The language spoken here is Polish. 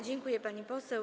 Dziękuję, pani poseł.